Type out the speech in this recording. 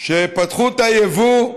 פתחו את היבוא,